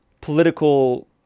political